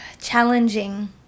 challenging